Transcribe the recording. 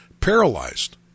paralyzed